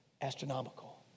astronomical